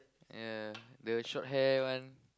ya the short hair one